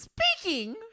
Speaking